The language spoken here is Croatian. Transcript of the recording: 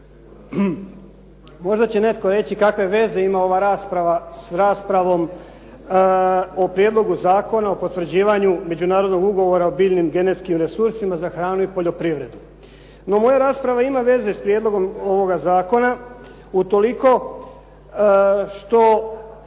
Možda će netko reći kakve veze ima ova rasprava s raspravom o Prijedlogu zakona o potvrđivanju Međunarodnog ugovora o biljnim genetskim resursima za hranu i poljoprivredu. No moja rasprava ima veze s prijedlogom ovoga zakona u toliko što